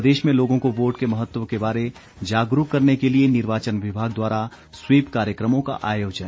प्रदेश में लोगों को वोट के महत्व के बारे जागरूक करने के लिए निर्वाचन विभाग द्वारा स्वीप कार्यक्रमों का आयोजन